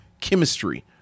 chemistry